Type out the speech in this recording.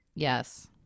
Yes